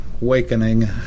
wakening